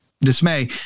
dismay